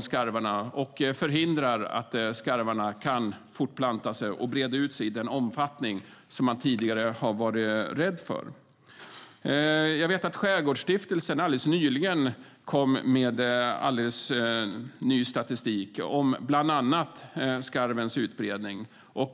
skarvägg och förhindrar därmed att skarven breder ut sig i den omfattning som man tidigare har varit rädd för. Skärgårdsstiftelsen kom nyligen med aktuell statistik om bland annat skarvens utbredning.